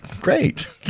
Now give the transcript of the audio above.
Great